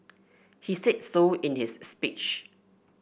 he said so in his speech